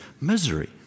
misery